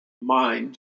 mind